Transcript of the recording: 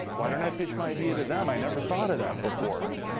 why don't i pitch my idea to them? i never thought of that before.